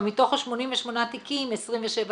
מתוך ה-88 תיקים, 27 תפיסות,